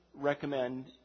recommend